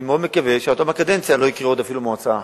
אני מאוד מקווה שעד סוף הקדנציה זה לא יקרה אפילו בעוד מועצה אחת.